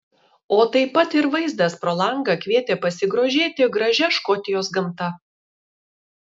o taip pat ir vaizdas pro langą kvietė pasigrožėti gražia škotijos gamta